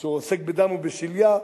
שהוא עוסק בדם ובשליה,